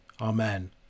Amen